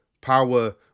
power